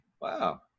Wow